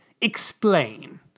explain